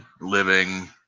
living